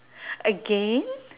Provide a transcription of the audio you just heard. again